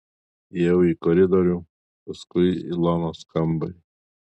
įėjau į koridorių paskui į ilonos kambarį